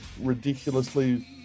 ridiculously